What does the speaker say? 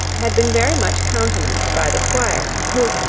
had been very much countenanced by the squire, who,